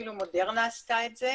אפילו מודרנה עשתה את זה,